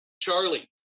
Charlie